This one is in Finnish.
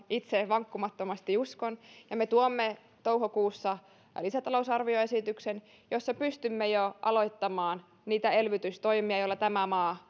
itse vankkumattomasti uskon ja me tuomme toukokuussa lisätalousarvioesityksen jossa pystymme jo aloittamaan niitä elvytystoimia joilla tämä maa